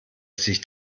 sich